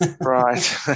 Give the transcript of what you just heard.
Right